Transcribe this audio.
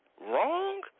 Wrong